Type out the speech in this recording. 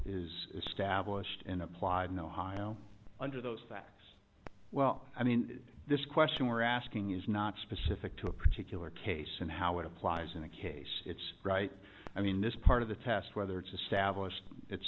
is stablished and applied in ohio under those facts well i mean this question we're asking is not specific to a particular case and how it applies in a case it's right i mean this part of the test whether it's